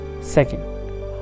Second